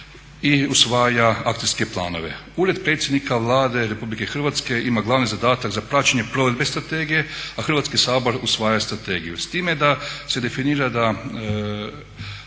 i usvaja akcijske planove. Ured predsjednika Vlade RH ima glavni zadatak za praćenje provedbe strategije, a Hrvatski sabor usvaja strategiju. S time da se definira da